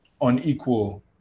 unequal